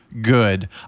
Good